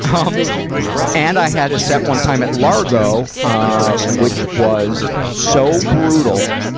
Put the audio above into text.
um and, i had a set, one time, at largo, ah, which was so brutal,